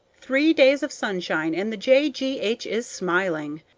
three days of sunshine, and the j. g. h. is smiling.